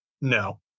No